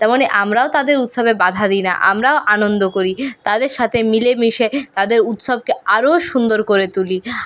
তেমনই আমরাও তাদের উৎসবে বাঁধা দিই না আমরাও আনন্দ করি তাদের সাথে মিলে মিশে তাদের উৎসবকে আরো সুন্দর করে তুলি